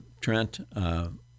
Trent